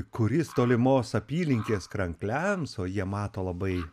kuris tolimos apylinkės krankliams o jie mato labai